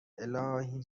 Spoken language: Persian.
الهی